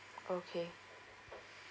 okay